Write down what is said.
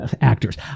actors